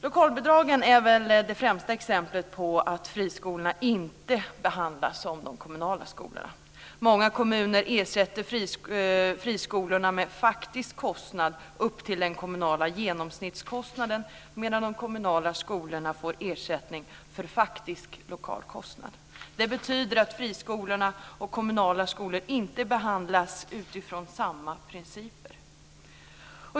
Lokalbidragen är väl det främsta exemplet på att friskolorna inte behandlas som de kommunala skolorna. Många kommuner ersätter friskolorna med faktisk kostnad upp till den kommunala genomsnittskostnaden, medan de kommunala skolorna får ersättning för faktisk lokalkostnad. Det betyder att friskolor och kommunala skolor inte behandlas utifrån samma principer.